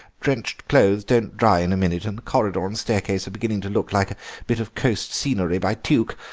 drenched clothes don't dry in a minute, and the corridor and staircase are beginning to look like a bit of coast scenery by tuke.